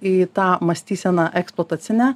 į tą mąstyseną eksploatacinę